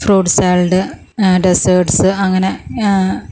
fruits salad desserts അങ്ങനെ